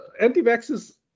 anti-vaxxers